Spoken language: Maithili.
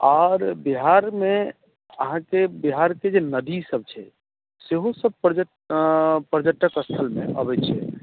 आरे बिहार मे अहाॅंके बिहार के नदी सब छै ओहो सब पर्यटक स्थल मे आबै छै